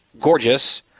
Gorgeous